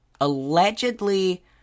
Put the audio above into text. allegedly